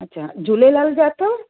अच्छा झूलेलाल जा अथव